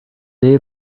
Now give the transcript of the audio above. day